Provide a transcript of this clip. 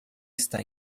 está